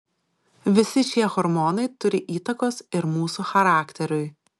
visi šie hormonai turi įtakos ir mūsų charakteriui